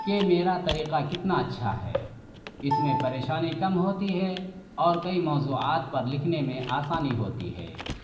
کہ میرا طریقہ کتنا اچھا ہے اس میں پریشانی کم ہوتی ہے اور کئی موضوعات پر لکھنے میں آسانی ہوتی ہے